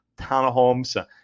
townhomes